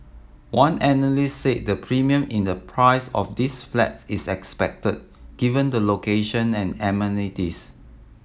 one analyst said the premium in the price of these flats is expected given the location and amenities